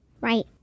Right